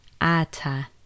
Ata